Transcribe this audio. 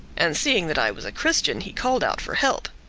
and seeing that i was a christian he called out for help.